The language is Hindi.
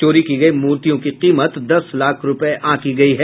चोरी की गयी मूर्तियों की कीमत दस लाख रूपये आंकी गयी है